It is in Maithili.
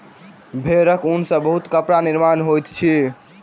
भेड़क ऊन सॅ बहुत कपड़ा निर्माण होइत अछि